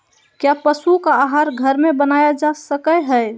क्या पशु का आहार घर में बनाया जा सकय हैय?